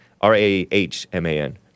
R-A-H-M-A-N